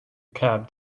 cab